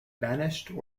banished